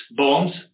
bonds